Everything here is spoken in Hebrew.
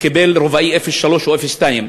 וקיבל רובאי 03 או 02?